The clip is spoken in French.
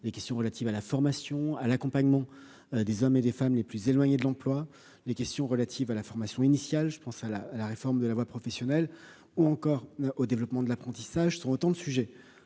les questions relatives à la formation à l'accompagnement des hommes et des femmes les plus éloignés de l'emploi, les questions relatives à la formation initiale, je pense à la à la réforme de la voie professionnelle, ou encore au développement de l'apprentissage, sont autant de sujets